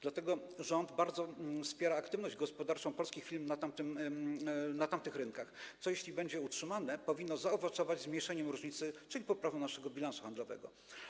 Dlatego rząd bardzo wspiera aktywność gospodarczą polskich firm na tamtych rynkach, co, jeśli będzie utrzymane, powinno zaowocować zmniejszeniem różnicy, czyli poprawą naszego bilansu handlowego.